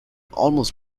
almost